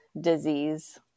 disease